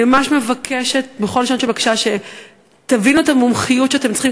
אני ממש מבקשת בכל לשון של בקשה שתבינו את המומחיות שאתם צריכים,